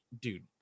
dude